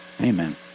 Amen